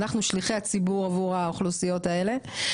אנחנו שליחי הציבור עבור האוכלוסיות האלה.